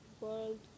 world